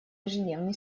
ежедневный